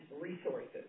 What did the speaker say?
resources